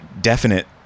definite